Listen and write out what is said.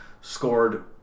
Scored